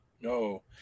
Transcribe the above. No